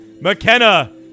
McKenna